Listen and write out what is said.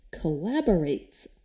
collaborates